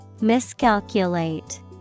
Miscalculate